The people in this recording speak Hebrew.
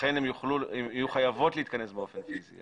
לכן הן יהיו חייבות להתכנס באופן פיזי.